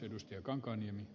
arvoisa puhemies